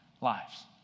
lives